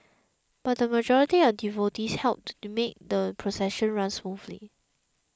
but the majority of devotees helped to make the procession run smoothly